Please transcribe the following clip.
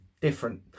different